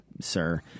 sir